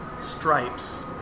Stripes